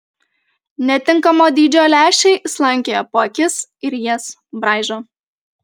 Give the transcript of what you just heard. netinkamo dydžio lęšiai slankioja po akis ir jas braižo